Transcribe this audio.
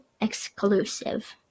exclusive